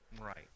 Right